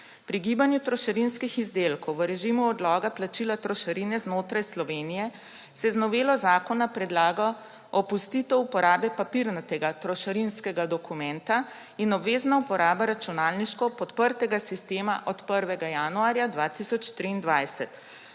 Pri gibanju trošarinskih izdelkov v režimu odloga plačila trošarine znotraj Slovenije se z novelo zakona predlaga opustitev uporabe papirnatega trošarinskega dokumenta in obvezna uporaba računalniško podprtega sistema od 1. januarja 2023.